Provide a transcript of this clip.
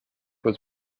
was